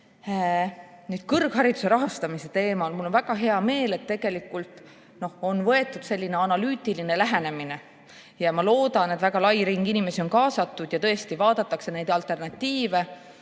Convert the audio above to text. kõrghariduse rahastamise teemal. Mul on väga hea meel, et on võetud selline analüütiline lähenemine, ja ma loodan, et väga lai ring inimesi on kaasatud ja tõesti vaadatakse neid alternatiive